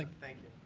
thank you.